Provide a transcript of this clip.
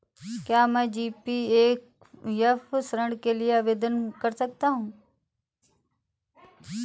क्या मैं जी.पी.एफ ऋण के लिए आवेदन कर सकता हूँ?